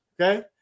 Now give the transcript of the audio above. Okay